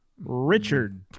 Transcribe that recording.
Richard